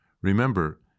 Remember